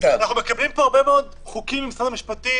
אנחנו מקבלים פה הרבה מאוד חוקים ממשרד המשפטים,